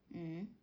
mm